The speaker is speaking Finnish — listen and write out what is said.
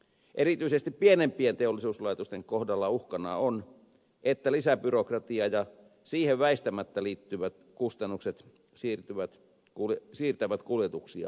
erityisesti pienempien teollisuuslaitosten kohdalla uhkana on että lisäbyrokratia ja siihen väistämättä liittyvät kustannukset siirtävät kuljetuksia maanteille